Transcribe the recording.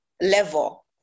level